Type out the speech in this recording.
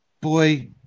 boy